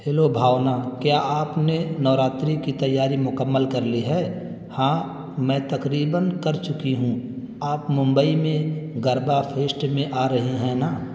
hello Bhavna کیا آپ نے نوراتری کی تیاری مکمل کر لی ہے ہاں میں تقریباً کر چکی ہوں آپ ممبئی میں گربا فیسٹ میں آ رہی ہیں نا